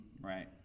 Right